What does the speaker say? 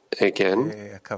again